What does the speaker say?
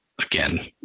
again